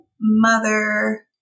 mother